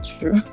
true